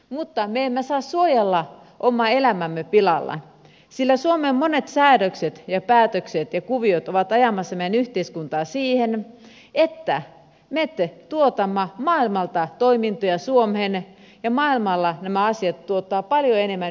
mutta me emme saa suojella omaa elämäämme pilalle sillä suomen monet säädökset ja päätökset ja kuviot ovat ajamassa meidän yhteiskuntaa siihen että me tuotamme maailmalta toimintoja suomeen ja maailmalla nämä asiat tuottavat paljon enemmän ympäristöongelmia